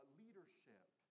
leadership